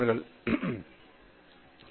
பேராசிரியர் பிரதாப் ஹரிதாஸ் சரி